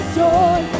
joy